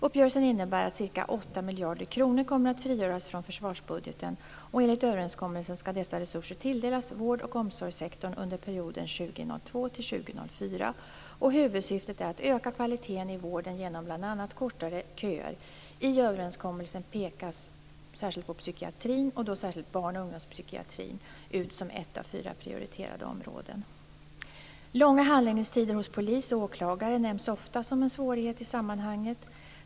Uppgörelsen innebär att ca 8 miljarder kronor kommer att frigöras från försvarsbudgeten. Enligt överenskommelsen skall dessa resurser tilldelas vård och omsorgssektorn under perioden 2002-2004. Huvudsyftet är att öka kvaliteten i vården genom bl.a. kortare köer. I överenskommelsen utpekas psykiatrin, och då särskilt barn och ungdomspsykiatrin, som ett av fyra prioriterade områden. Långa handläggningstider hos polis och åklagare nämns ofta som en svårighet i sammanhanget.